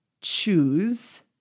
choose